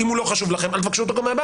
אם הוא לא חשוב לכם, אל תבקשו אותו גם מהבנק.